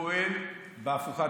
על דברים כאלה, תמיד זה פועל בהפוכה.